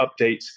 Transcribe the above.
updates